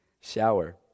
shower